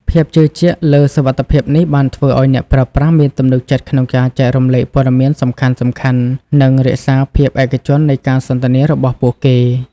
ភាពជឿជាក់លើសុវត្ថិភាពនេះបានធ្វើឱ្យអ្នកប្រើប្រាស់មានទំនុកចិត្តក្នុងការចែករំលែកព័ត៌មានសំខាន់ៗ និងរក្សាភាពឯកជននៃការសន្ទនារបស់ពួកគេ។